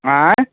आए